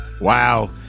Wow